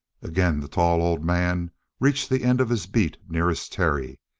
again the tall old man reached the end of his beat nearest terry,